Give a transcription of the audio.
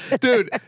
Dude